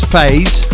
Phase